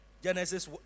Genesis